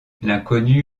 l’inconnu